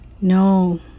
no